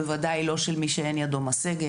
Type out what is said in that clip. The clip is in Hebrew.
בוודאי לא של מי שאין ידו משגת.